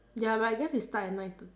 ya but I guess it start at nine thir~